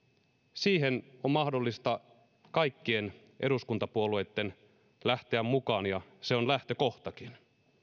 siihen on mahdollista kaikkien eduskuntapuolueitten lähteä mukaan ja se on lähtökohtakin